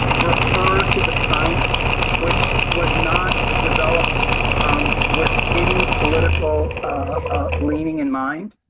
refer to the science which was not developed with any political ah leaning in mind,